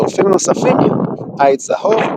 טורפים נוספים הם עיט זהוב,